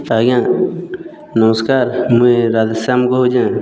ଆଜ୍ଞା ନମସ୍କାର୍ ମୁଇଁ ରାଧେଶ୍ୟାମ୍ କହୁଛେଁ